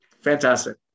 Fantastic